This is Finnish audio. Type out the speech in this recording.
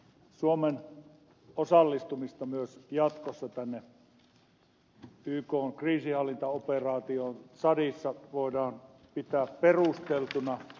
suomen osallistumista myös jatkossa tähän ykn kriisinhallintaoperaatioon tsadissa voidaan pitää perusteltuna